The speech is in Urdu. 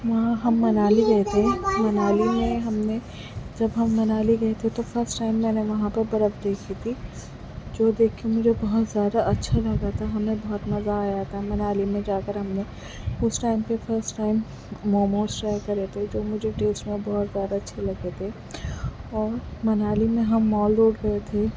وہاں ہم منالی گئے تھے منالی میں ہم نے جب ہم منالی گئے تھے تو فسٹ ٹائم میں نے وہاں پر برف دیکھی تھی جو دیکھ کے مجھے بہت زیادہ اچھا لگا تھا ہمیں بہت مزہ آیا تھا منالی میں جا کر ہم نے اس ٹائم پہ فسٹ ٹائم موموز ٹرائی کرے تھے جو مجھے ٹیسٹ میں بہت زیادہ اچھے لگے تھے اور منالی میں ہم مال روڈ گئے تھے